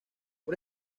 por